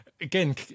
again